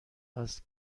است